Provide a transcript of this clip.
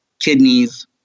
kidneys